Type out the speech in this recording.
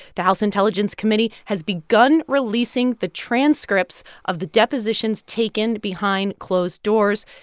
the house intelligence committee has begun releasing the transcripts of the depositions taken behind closed doors.